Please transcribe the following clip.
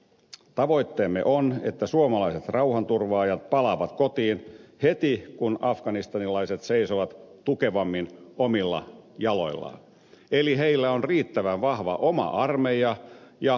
tavoitteemme on että suomalaiset rauhanturvaajat palaavat kotiin heti kun afganistanilaiset seisovat tukevammin omilla jaloillaan eli heillä on riittävän vahva oma armeija ja poliisivoimat